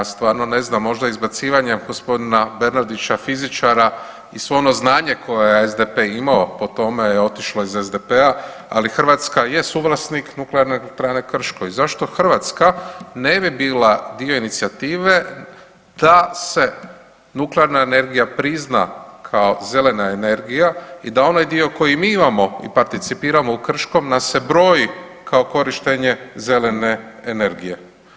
Za stvarno ne znam, možda izbacivanjem gospodina Bernardića fizičara i sve ono znanje koji je SDP imao po tome je otišlo iz SDP-a, ali Hrvatska je suvlasnik NE Krško i zašto Hrvatska ne bi bila dio inicijative da se nuklearna energija prizna kao zelena energija i da onaj dio koji mi imamo i participiramo u Krškom nam se broji kao korištenje zelene energije.